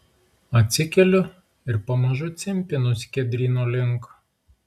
atsikeliu ir pamažu cimpinu skiedryno link